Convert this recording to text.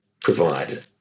provide